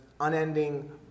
unending